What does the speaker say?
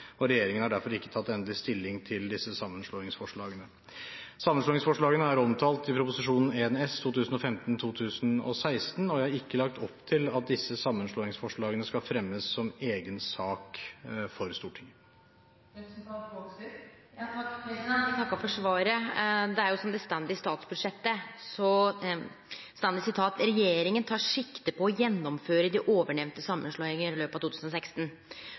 Regjeringen har derfor ikke tatt endelig stilling til disse sammenslåingsforslagene. Sammenslåingsforslagene er omtalt i Prop. 1 S for 2015–2016, og jeg har ikke lagt opp til at disse sammenslåingsforslagene skal fremmes som egen sak for Stortinget. Eg takkar for svaret. I statsbudsjettet står det: «Regjeringen tar sikte på å gjennomføre de ovennevnte sammenslåinger i løpet av 2016.»